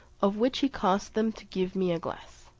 of which he caused them to give me a glass.